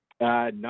No